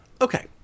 Okay